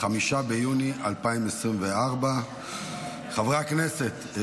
5 ביוני 2024. חברי הכנסת,